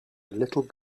little